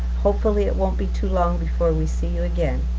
hopefully it won't be too long before we see you again,